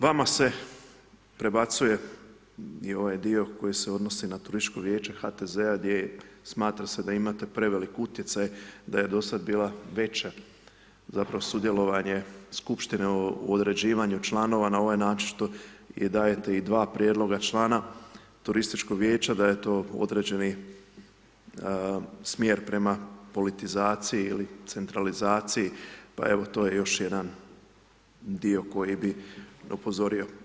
Vama se prebacuje i ovaj dio koji se odnosi na turističko vijeće HTZ-a gdje je, smatra se, da imate prevelik utjecaj, da je dosad bila veća, zapravo sudjelovanje skupštine u određivanju članova na ovaj način, što i dajete i dva prijedloga člana turističkog vijeća, da je to određeni smjer prema politizaciji ili centralizaciji, pa evo to je još jedan dio koji bi upozorio.